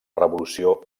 revolució